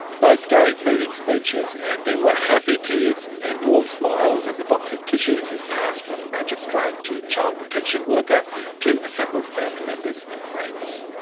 both gave moving speeches and there were happy tears and warm smiles as a box of tissues was passed from magistrate to child protection worker to assembled family members and friends.